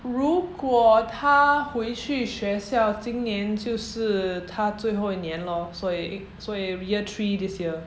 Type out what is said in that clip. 如果他回去学校今年就是他最后一年 lor 所以所以 year three this year